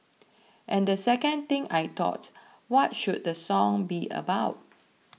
and the second thing I thought what should the song be about